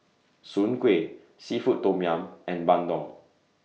Soon Kway Seafood Tom Yum and Bandung